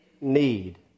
need